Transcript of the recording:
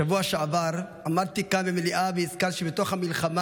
בשבוע שעבר עמדתי כאן במליאה והזכרתי שבתוך המלחמה